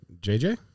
JJ